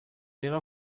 rero